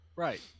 Right